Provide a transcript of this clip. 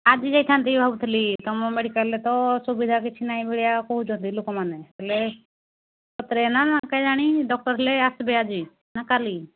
ଆଜି ଯାଇଥାନ୍ତି ଭାବୁଥିଲି ତୁମ ମେଡ଼ିକାଲରେ ତ ସୁବିଧା କିଛି ନାହିଁ ମିଳିଆ କହୁଛନ୍ତି ଲୋକମାନେ ହେଲେ ସତରେ ନା କେଜାଣି ଡକ୍ଟର ହେଲେ ଆସିବେ ଆଜି ନା କାଲି